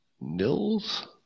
Nils